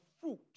fruit